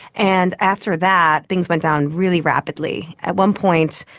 and after that things went down really rapidly. at one point,